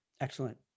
Excellent